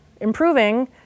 improving